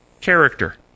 character